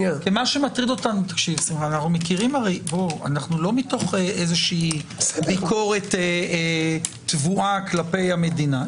אנחנו לא מתוך ביקורת כלפי המדינה.